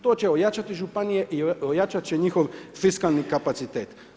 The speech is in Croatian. To će ojačati županije i ojačat će njihov fiskalni kapacitet.